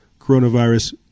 coronavirus